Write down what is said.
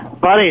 Buddy